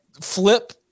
flip